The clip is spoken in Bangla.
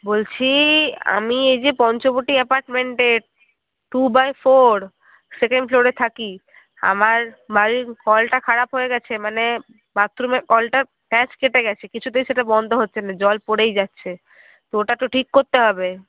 বলছি আমি এই যে পঞ্চবটি অ্যাপার্টমেন্টের টু বাই ফোর সেকেন্ড ফ্লোরে থাকি আমার বাড়ির কলটা খারাপ হয়ে গেছে মানে বাথরুমের কলটা প্যাঁচ কেটে গেছে কিছুতেই সেটা বন্ধ হচ্ছে না জল পড়েই যাচ্ছে তো ওটা তো ঠিক করতে হবে